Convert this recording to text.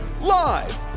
Live